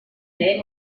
lehen